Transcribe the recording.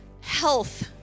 health